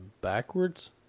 backwards